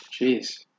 Jeez